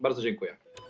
Bardzo dziękuję.